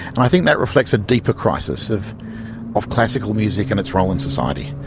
and i think that reflects a deeper crisis of of classical music and its role in society.